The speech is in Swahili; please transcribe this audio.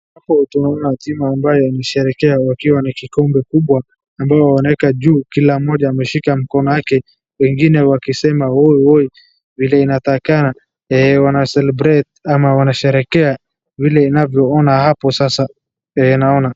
Hapo tunaona timu ambayo wanasherekea wakiwa na kikombe kubwa ambayo wameeka juu kila mmoja ameshika mkono yake, wengine wakisema woiwoi vile inatakikana, wacelebrate ama wanasherehekea vile unavyoona hapo sasa naona.